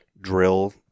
drill